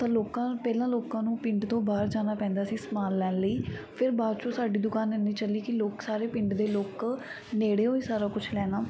ਤਾਂ ਲੋਕਾਂ ਪਹਿਲਾਂ ਲੋਕਾਂ ਨੂੰ ਪਿੰਡ ਤੋਂ ਬਾਹਰ ਜਾਣਾ ਪੈਂਦਾ ਸੀ ਸਮਾਨ ਲੈਣ ਲਈ ਫਿਰ ਬਾਅਦ 'ਚੋਂ ਸਾਡੀ ਦੁਕਾਨ ਇੰਨੀ ਚੱਲੀ ਕਿ ਲੋਕ ਸਾਰੇ ਪਿੰਡ ਦੇ ਲੋਕ ਨੇੜਿਓਂ ਹੀ ਸਾਰਾ ਕੁਛ ਲੈਣਾ